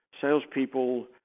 salespeople